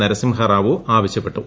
നരസിംഹ റാവു ആവശ്യപ്പെട്ടു